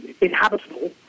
inhabitable